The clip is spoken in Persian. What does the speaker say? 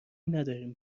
نداریم